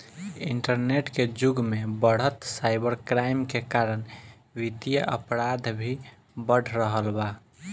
internet के जुग में बढ़त साइबर क्राइम के कारण वित्तीय अपराध भी बढ़ रहल बा